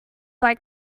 like